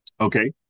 Okay